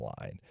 line